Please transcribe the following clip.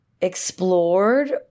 explored